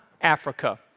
Africa